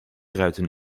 ruiten